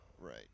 Right